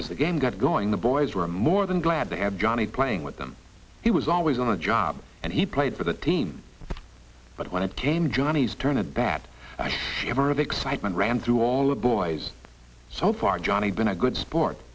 as the game got going the boys were more than glad to have johnny playing with them he was always on the job and he played for the team but when it came johnny's turn and that ever the excitement ran through all of boys so far johnny been a good sport